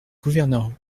gouverneur